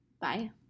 Bye